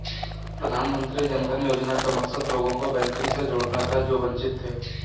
प्रधानमंत्री जन धन योजना का मकसद लोगों को बैंकिंग से जोड़ना था जो वंचित थे